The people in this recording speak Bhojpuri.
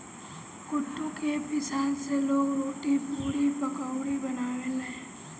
कुटू के पिसान से लोग रोटी, पुड़ी, पकउड़ी बनावेला